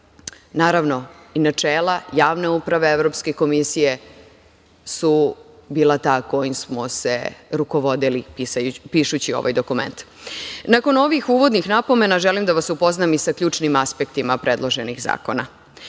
Naravno, i načela javne uprave Evropske komisije su bila ta kojima smo se rukovodili pišući ovaj dokument. Nakon ovih uvodnih napomena, želim da vas upoznam i sa ključnim aspektima predloženih zakona.